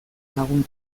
lagun